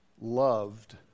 loved